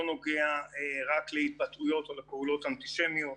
נוגע רק להתבטאויות או לפעולות אנטישמיות.